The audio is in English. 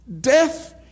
Death